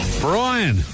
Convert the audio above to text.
Brian